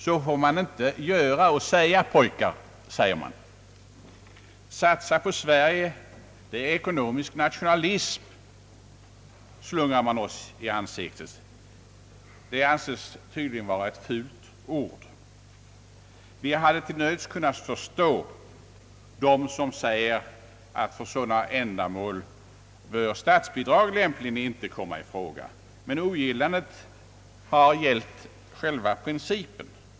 Så får man inte göra och säga, pojkar, framhåller man. Att satsa på Sverige är ekonomisk nationalism, slungar man oss i ansiktet. Det anses tydligen vara ett fult ord. Vi hade till nöds kunnat förstå dem som säger att statsbidrag för sådana ändamål lämpligen inte bör komma i fråga, men ogillandet har gällt själva principen.